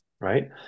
right